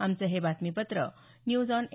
आमचं हे बातमीपत्र न्यूज आॅन ए